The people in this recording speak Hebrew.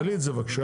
תעלי את זה בבקשה.